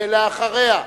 ואחריה,